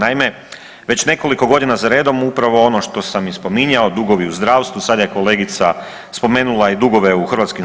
Naime, već nekoliko godina za redom upravo ono što sam i spominjao, dugovi u zdravstvu, sad je kolegica spomenula i dugove u HŽ-u,